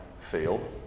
feel